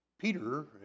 Peter